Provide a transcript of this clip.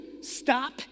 stop